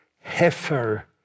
heifer